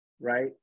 right